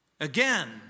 Again